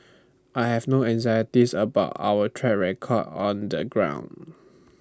I have no anxieties about our track record on the ground